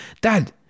Dad